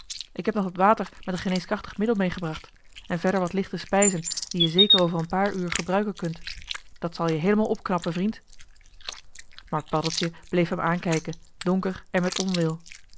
k heb nog wat water met een geneeskrachtig middel meegebracht en verder wat lichte spijzen die je zeker over een paar uur gebruiken kunt dat zal je heelemaal opknappen vriend maar paddeltje bleef hem aankijken donker en met onwil